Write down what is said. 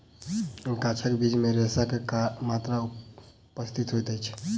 गाछक बीज मे रेशा के मात्रा उपस्थित होइत अछि